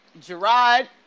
Gerard